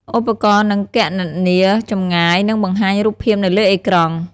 ឧបករណ៍នឹងគណនាចម្ងាយ និងបង្ហាញរូបភាពនៅលើអេក្រង់។